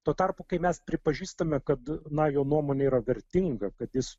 tuo tarpu kai mes pripažįstame kad na jo nuomonė yra vertinga kad jis